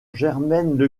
germaine